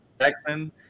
Jackson